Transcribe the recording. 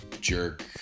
jerk